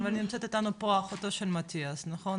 נמצאת איתנו פה אחותו של מטיאס, נכון?